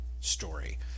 story